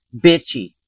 bitchy